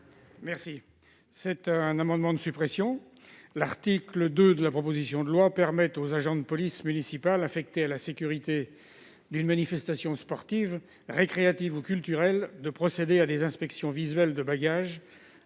s'agit d'un amendement de suppression. L'article 2 de la proposition de loi permet aux agents de police municipale affectés à la sécurité d'une manifestation sportive, récréative ou culturelle de procéder à des inspections visuelles de bagages